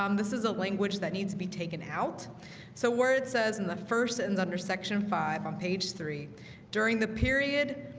um this is a language that needs to be taken out so where it says in the first and under section five on page three during the period?